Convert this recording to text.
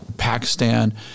Pakistan